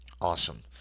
awesome